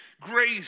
grace